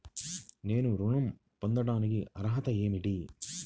నేను ఋణం పొందటానికి అర్హత ఏమిటి?